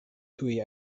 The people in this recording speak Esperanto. tuj